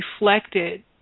reflected